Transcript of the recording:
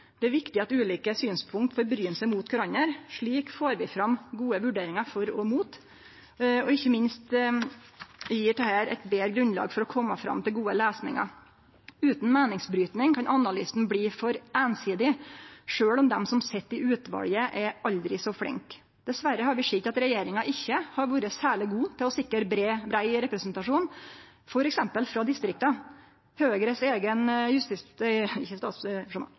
Det er viktig at ulike synspunkt får bryne seg på kvarandre. Slik får vi fram gode vurderingar for og imot, og ikkje minst gjev dette eit betre grunnlag for å kome fram til gode løysingar. Utan meiningsbryting kan analysen bli for einsidig, sjølv om dei som sit i utvalet, er aldri så flinke. Dessverre har vi sett at regjeringa ikkje har vore særleg god til å sikre brei representasjon, f.eks. frå distrikta. Høgres eigen